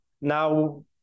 Now